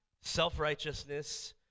self-righteousness